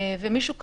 מישהו כזה,